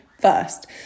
first